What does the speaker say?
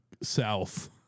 south